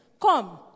Come